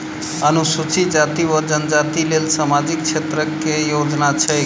अनुसूचित जाति वा जनजाति लेल सामाजिक क्षेत्रक केँ योजना छैक?